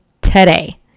today